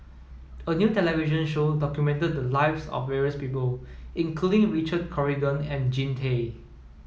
a new television show documented the lives of various people including Richard Corridon and Jean Tay